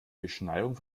beschneiung